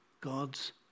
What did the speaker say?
god's